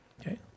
Okay